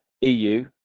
EU